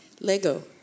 Lego